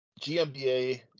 GMBA